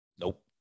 Nope